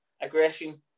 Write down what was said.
aggression